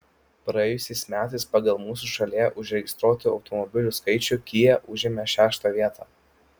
praėjusiais metais pagal mūsų šalyje užregistruotų automobilių skaičių kia užėmė šeštą vietą